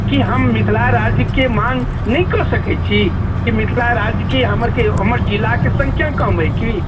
कि हम मिथिला राज्यके माँग नहि कऽ सकै छी ई मिथिला राज्य कि हमर कि हमर जिलाके संख्या कम अइ कि